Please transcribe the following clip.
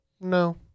No